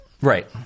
Right